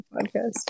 podcast